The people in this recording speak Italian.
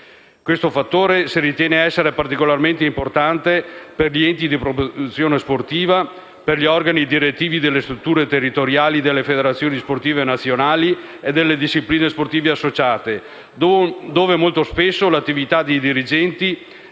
Questo fattore si ritiene essere particolarmente importante per gli enti di promozione sportiva, per gli organi direttivi delle strutture territoriali delle federazioni sportive nazionali e delle discipline sportive associate, dove molto spesso l'attività dei dirigenti